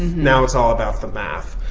now, it's all about the math.